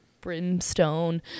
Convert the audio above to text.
brimstone